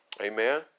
Amen